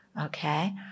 okay